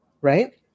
right